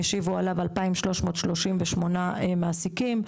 השיבו עליו 2,338 מעסיקים.